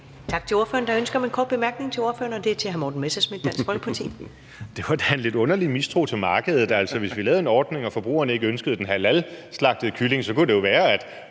Tak til ordføreren. Der er et ønske om en kort bemærkning til ordføreren, og den er fra hr. Morten Messerschmidt, Dansk Folkeparti. Kl. 14:24 Morten Messerschmidt (DF): Det var da en lidt underlig mistro til markedet. Altså, hvis vi lavede en ordning og forbrugerne ikke ønskede den halalslagtede kylling, kunne det jo være, at